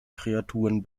kreaturen